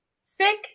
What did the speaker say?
sick